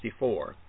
1964